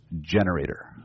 generator